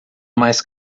mais